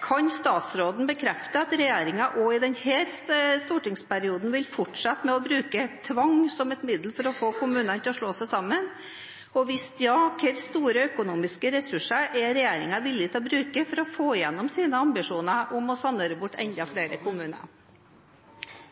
Kan statsråden bekrefte at regjeringen også i denne stortingsperioden vil fortsette med å bruke tvang som middel for å få kommunene til å slå seg sammen? Og hvis ja: Hvor store økonomiske ressurser er regjeringen villig til å bruke for å få igjennom sine ambisjoner om å sanere bort enda flere kommuner?